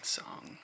song